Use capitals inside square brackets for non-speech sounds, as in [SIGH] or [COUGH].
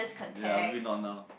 ya maybe not now [NOISE]